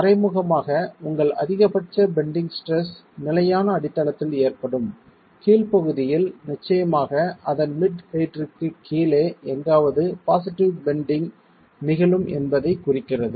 மறைமுகமாக உங்கள் அதிகபட்ச பெண்டிங் ஸ்ட்ரெஸ் நிலையான அடித்தளத்தில் ஏற்படும் கீழ்ப்பகுதியில் நிச்சயமாக அதன் மிட் ஹெயிட்ற்கு கீழே எங்காவது பாசிட்டிவ் பெண்டிங் நிகழும் என்பதைக் குறிக்கிறது